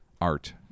art